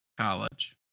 college